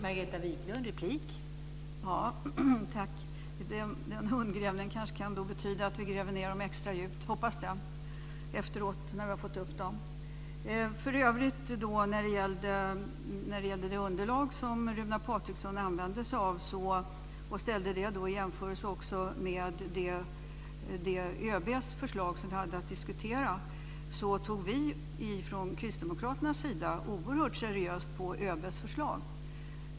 Fru talman! Jag hoppas att hundgrävningen kanske kan betyda att vi gräver ned hundarna extra djupt när vi har fått upp dem. När det gäller det underlag som Runar Patriksson använde sig av och jämförde med ÖB:s förslag som vi hade att diskutera tog vi från kristdemokraternas sida oerhört seriöst på ÖB:s förslag.